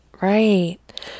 right